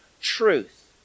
truth